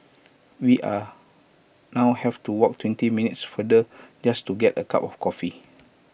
we are now have to walk twenty minutes farther just to get A cup of coffee